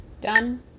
Done